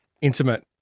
intimate